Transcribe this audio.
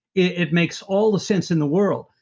it makes all the sense in the world.